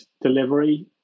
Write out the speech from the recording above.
delivery